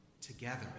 together